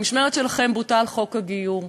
במשמרת שלכם בוטל חוק הגיור,